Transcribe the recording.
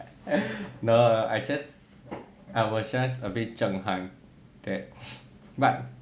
no no I just I was just a bit 赞叹 that but